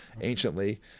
anciently